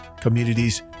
communities